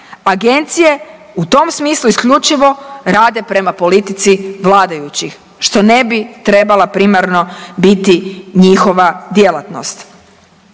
Agencije u tom smislu isključivo rade prema politici vladajućih, što ne bi trebala primarno biti njihova djelatnost.